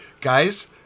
guys